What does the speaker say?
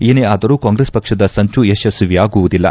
ಏನೇ ಆದರೂ ಕಾಂಗ್ರೆಸ್ ಪಕ್ಷದ ಸಂಚು ಯಶಸ್ವಿಯಾಗುವುದಿಲ್ಲ